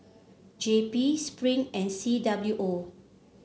J P Spring and C W O